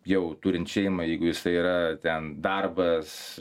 jau turint šeimą jeigu jisai yra ten darbas